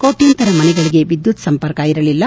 ಕೋಟ್ಣಾಂತರ ಮನೆಗಳಗೆ ವಿದ್ದುತ್ ಸಂಪರ್ಕವಿರಲಿಲ್ಲ